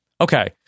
Okay